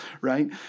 right